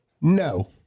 No